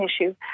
issue